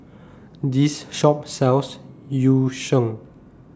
This Shop sells Yu Sheng